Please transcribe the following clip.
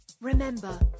Remember